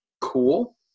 cool